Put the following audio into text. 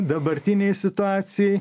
dabartinei situacijai